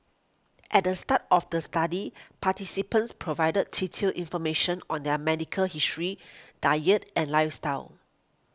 at the start of the study participants provided detailed information on their medical history diet and lifestyle